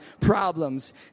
problems